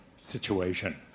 situation